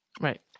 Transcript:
Right